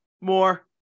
More